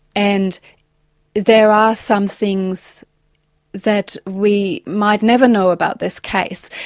and there are some things that we might never know about this case.